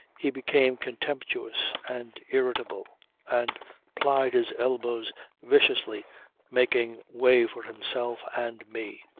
he became contemptuous and irritable and plied his elbows viciously making way for himself and me.